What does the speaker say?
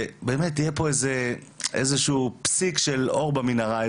שבאמת יהיה איזשהו פסיק של אור במנהרה,